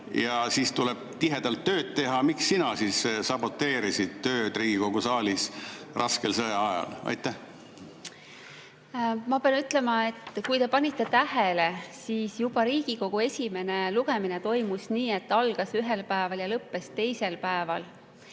ja siis tuleb tihedalt tööd teha, miks sina siis saboteerisid tööd Riigikogu saalis raskel sõjaajal? Ma pean ütlema, et kui te panite tähele, siis juba esimene lugemine Riigikogus toimus nii, et algas ühel päeval ja lõppes teisel päeval.